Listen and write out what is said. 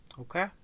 Okay